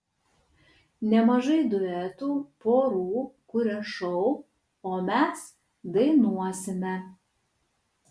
nemažai duetų porų kuria šou o mes dainuosime